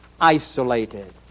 isolated